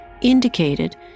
indicated